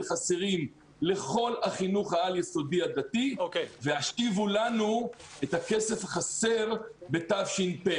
חסרים לכל החינוך העל יסודי הדתי והשיבו לנו את הכסף החסר בתש"פ.